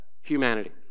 humanity